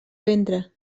ventre